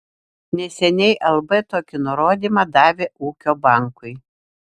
neseniai lb tokį nurodymą davė ūkio bankui